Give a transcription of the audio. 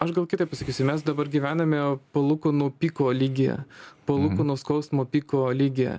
aš gal kitaip pasakysiu mes dabar gyvename palūkanų piko lygyje palūkanų skausmo piko lygyje